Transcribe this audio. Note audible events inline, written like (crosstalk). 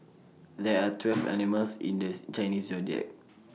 there are (noise) twelve animals in these Chinese Zodiac